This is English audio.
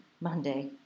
Monday